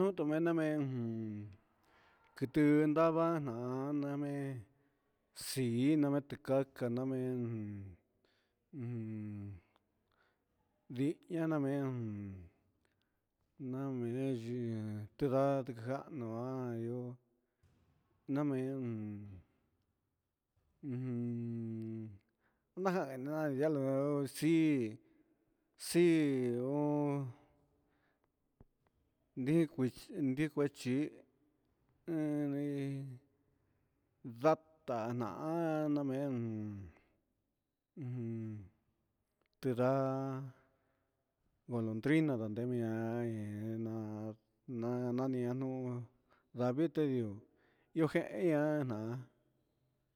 Nuu tu menan me'en kutu nravajan namii xí'i namin tikaka namin un un ndi'ña namen, namen yuu tidaá njanua yo'ó namen ujun najan nia nalo'o xí xí ho ndiku ndikuchi enii, ndatá na'á nanin en ujun tida'á golodrina dondenia'í na nania nuu lavité ndiú yo'ó ngenia na'á.